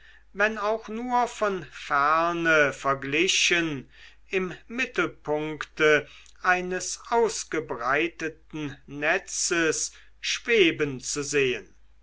wenn auch nur von ferne verglichen im mittelpunkte eines ausgebreiteten netzes schweben zu sehen